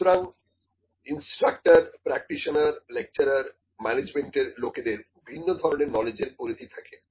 সুতরাং instructor practitioner lecturer management এর লোকেদের ভিন্ন ধরনের নলেজের পরিধি থাকে